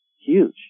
Huge